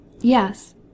Yes